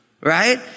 right